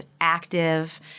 active